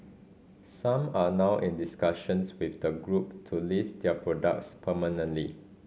some are now in discussions with the group to list their products permanently